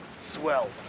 swell